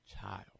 child